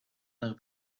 naar